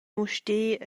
mustér